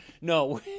No